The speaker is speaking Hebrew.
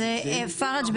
אז פרג',